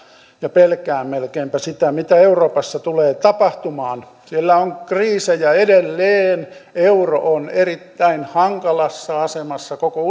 ja pelkään melkeinpä sitä mitä euroopassa tulee tapahtumaan siellä on kriisejä edelleen euro on erittäin hankalassa asemassa koko